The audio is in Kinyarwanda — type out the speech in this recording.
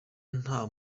nta